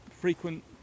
frequent